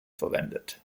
verwendet